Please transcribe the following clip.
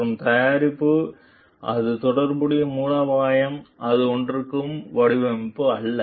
மற்றும் தயாரிப்பு அது தொடர்புடைய மூலோபாயம் அது ஒன்றுக்கு வடிவமைப்பு அல்ல